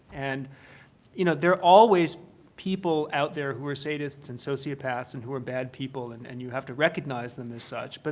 and you know, there are always people out there who are sadists and sociopaths and who are bad people. and and you have to recognize them as such. but